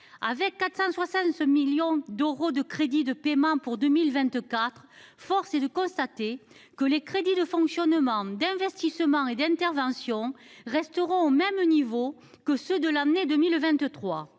avec 476 millions d’euros de crédits de paiement pour 2024, force est de constater que les crédits de fonctionnement, d’investissement et d’intervention resteront au même niveau que ceux de l’année 2023.